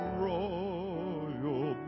royal